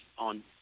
on